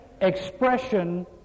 expression